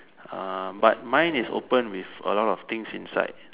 ah but mine is opened with a lot of things inside